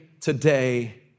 today